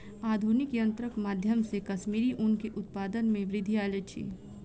आधुनिक यंत्रक माध्यम से कश्मीरी ऊन के उत्पादन में वृद्धि आयल अछि